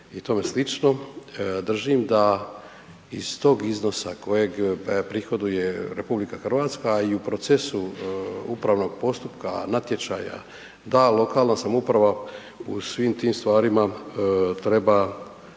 i tome slično, držim da iz tog iznosa kojeg prihoduje RH, a i u procesu upravnog postupka, natječaja, da lokalna samouprava u svim tim stvarima treba